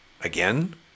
again